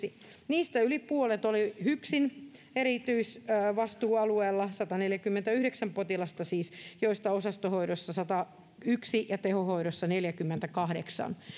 niistä yli puolet oli hyksin erityisvastuualueella siis sataneljäkymmentäyhdeksän potilasta joista oli osastohoidossa satayksi ja tehohoidossa neljännenkymmenennenkahdeksannen